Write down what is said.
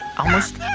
almost.